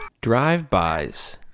drive-bys